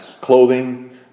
clothing